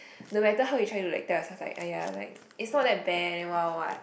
no matter how you try to like tell yourself like !aiya! like it's not that bad then what what what